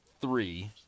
three